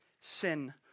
Sin